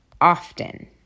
often